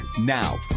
now